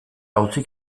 auzi